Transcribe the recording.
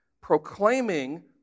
proclaiming